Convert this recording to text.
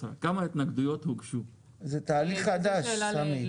זה תהליך חדש, סמי.